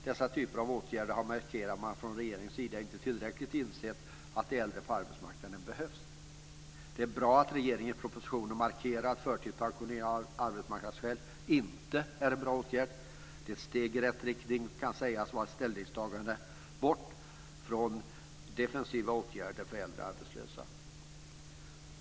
Dessa typer av åtgärder har markerat att man från regeringens sida inte tillräckligt insett att de äldre behövs på arbetsmarknaden. Det är bra att regeringen i propositionen markerar att förtidspensionering av arbetsmarknadsskäl inte är en bra åtgärd. Det är ett steg i rätt riktning och kan sägas vara ett ställningstagande bort från defensiva åtgärder för äldre arbetslösa.